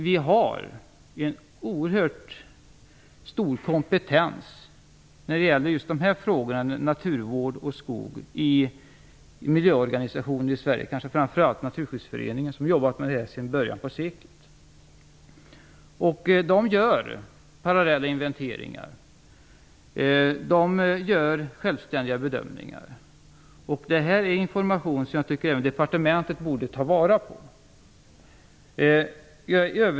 Vi har en oerhört stor kompetens i naturvård och skog hos miljöorganisationerna i Sverige, kanske framför allt Naturskyddsföreningen som jobbat med det här sedan början på seklet. De gör parallella inventeringar. De gör självständiga bedömningar. Det här är information som jag tycker att även departementet borde ta vara på.